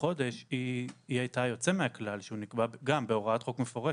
חודש הייתה יוצא מן הכלל שנקבעה גם בהוראת חוק מפורשת.